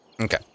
Okay